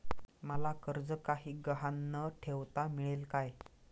मला कर्ज काही गहाण न ठेवता मिळेल काय?